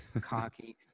Cocky